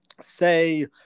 say